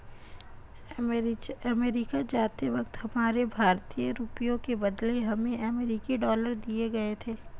America जाते वक्त हमारे भारतीय रुपयों के बदले हमें अमरीकी डॉलर दिए गए थे